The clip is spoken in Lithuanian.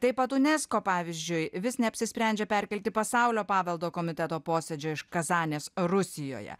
taip pat unesko pavyzdžiui vis neapsisprendžia perkelti pasaulio paveldo komiteto posėdžio iš kazanės rusijoje